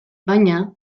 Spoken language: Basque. baina